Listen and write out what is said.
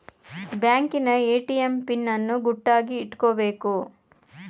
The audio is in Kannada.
ಬ್ಯಾಂಕಿನ ಎ.ಟಿ.ಎಂ ಪಿನ್ ಅನ್ನು ಗುಟ್ಟಾಗಿ ಇಟ್ಕೊಬೇಕು